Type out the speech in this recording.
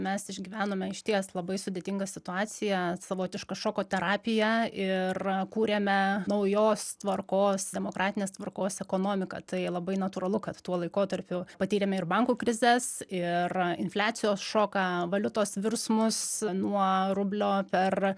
mes išgyvenome išties labai sudėtingą situaciją savotišką šoko terapiją ir kūrėme naujos tvarkos demokratinės tvarkos ekonomiką tai labai natūralu kad tuo laikotarpiu patyrėme ir bankų krizes ir infliacijos šoką valiutos virsmus nuo rublio per